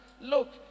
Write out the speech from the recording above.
Look